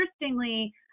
Interestingly